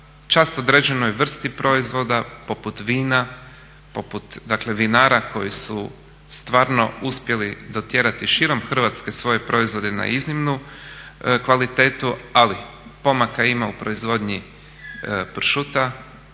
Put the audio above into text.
čast određenoj vrsti proizvoda poput vina, poput dakle vinara koji su stvarno uspjeli dotjerali širom Hrvatske svoje proizvode na iznimnu kvalitetu, ali pomaka ima u proizvodnji pršuta,